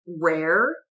rare